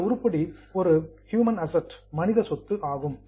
இந்த உருப்படி ஒரு ஹியூமன் அசட் மனித சொத்து ஆகும்